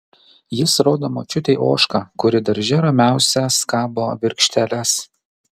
jis rodo močiutei ožką kuri darže ramiausia skabo virkšteles